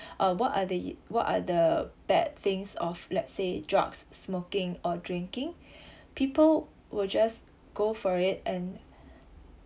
uh what are the what are the bad things off let's say drugs smoking or drinking people will just go for it and